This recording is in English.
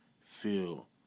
Feel